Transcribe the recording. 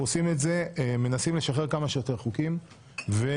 אנחנו מנסים לשחרר כמה שיותר חוקים ואנחנו